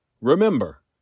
Remember